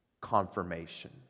Confirmation